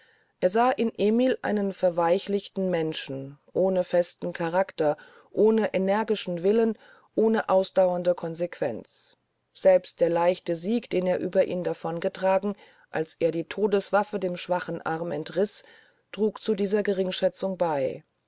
er sah in emil einen verweichlichten menschen ohne festen character ohne energischen willen ohne ausdauernde consequenz selbst der leichte sieg den er über ihn davongetragen als er die todeswaffe dem schwachen arme entriß trug zu dieser geringschätzung bei